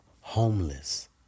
homeless